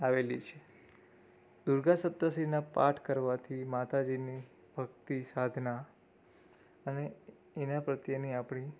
આવેલી છે દુર્ગા સપ્તશતીના પાઠ કરવાથી માતાજીની ભક્તિ સાધના અને એના પ્રત્યેની આપણી